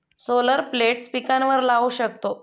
solar plates पिकांवर लाऊ शकतो